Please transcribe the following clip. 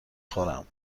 خورم